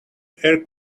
air